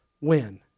win